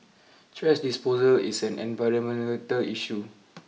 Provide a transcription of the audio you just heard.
trash disposal is an environmental issue